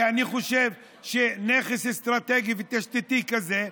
כי אני חושב שנכס אסטרטגי ותשתיתי כזה,